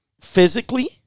physically